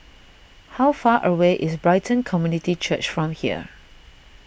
how far away is Brighton Community Church from here